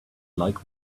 like